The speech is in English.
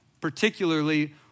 particularly